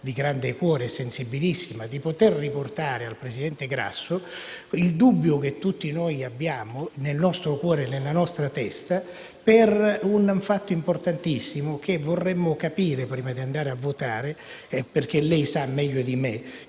di grande cuore, sensibilissima, affinché possa riportare al presidente Grasso il dubbio che tutti abbiamo nel nostro cuore e nella nostra testa su un fatto importantissimo, che vorremmo capire prima di votare. Lei sa meglio di me,